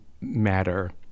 matter